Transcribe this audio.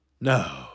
No